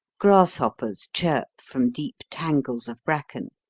grasshoppers chirp from deep tangles of bracken.